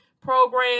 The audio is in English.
program